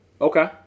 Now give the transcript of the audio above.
Okay